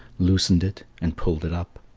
loosened it, and pulled it up.